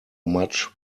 much